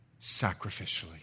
sacrificially